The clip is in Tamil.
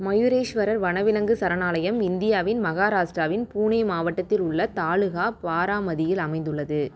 மயுரேஸ்வரர் வனவிலங்கு சரணாலயம் இந்தியாவின் மகாராஷ்டிராவின் புனே மாவட்டத்தில் உள்ள தாலுகா பாராமதியில் அமைந்துள்ளது